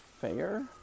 fair